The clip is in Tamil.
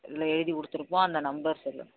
இதில் எழுதி கொடுத்துருப்போம் அந்த நம்பர் சொல்லுங்கள்